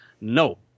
No